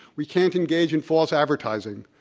we can't engage in false advertising.